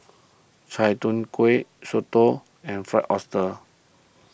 Chai Tow Kuay Soto and Fried Oyster